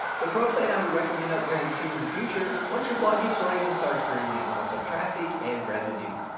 the pro plan i would recommend upgrading too in the future once your blog gets running and starts bringing in lots of traffic and revenue.